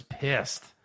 pissed